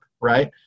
right